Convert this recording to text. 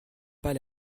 pas